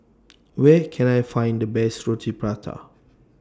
Where Can I Find The Best Roti Prata